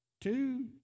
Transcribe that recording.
two